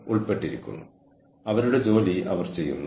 കൂടാതെ ഔട്ട്പുട്ടിൽ പ്രകടനവും ഫലവത്തായ ഫലങ്ങളും അടങ്ങിയിരിക്കുന്നു